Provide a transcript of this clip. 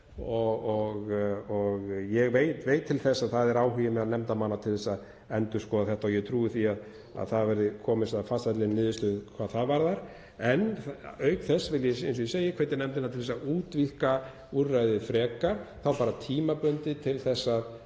Ég veit til þess að það er áhugi meðal nefndarmanna til að endurskoða þetta og ég trúi því að það verði komist að farsælli niðurstöðu hvað það varðar. Auk þess vil ég, eins og ég segi, hvetja nefndina til þess að útvíkka úrræðið frekar og þá bara tímabundið til að